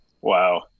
Wow